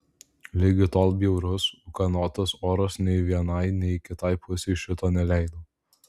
ligi tol bjaurus ūkanotas oras nei vienai nei kitai pusei šito neleido